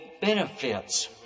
benefits